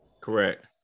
correct